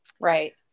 Right